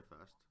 first